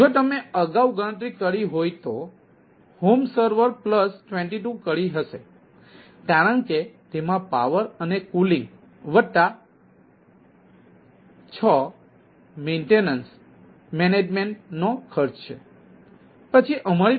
જો તમે અગાઉ ગણતરી કરી હોય તો હોમ સર્વર પ્લસ 22 કરી હશે કારણ કે તેમાં પાવર અને કુલિંગ વત્તા 6 જાળવણી ખર્ચ છે અને પછી અમારી પાસે 87